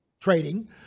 trading